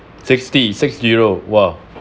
sixty six zero !wah!